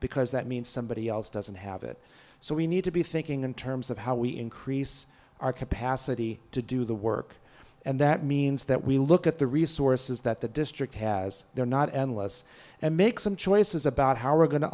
because that means somebody else doesn't have it so we need to be thinking in terms of how we increase our capacity to do the work and that means that we look at the resources that the district has they're not endless and make some choices about how are go